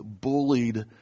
bullied